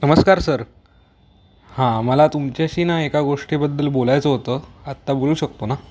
नमस्कार सर हां मला तुमच्याशी ना एका गोष्टीबद्दल बोलायचं होतं आत्ता बोलू शकतो ना